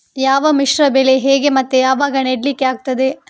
ಯಾವ ಮಿಶ್ರ ಬೆಳೆ ಹೇಗೆ ಮತ್ತೆ ಯಾವಾಗ ನೆಡ್ಲಿಕ್ಕೆ ಆಗ್ತದೆ?